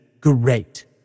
great